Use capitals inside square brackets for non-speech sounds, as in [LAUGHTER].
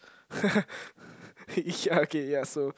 [LAUGHS] ya okay ya so